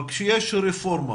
אבל כשיש רפורמה